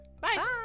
Bye